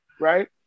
right